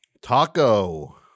taco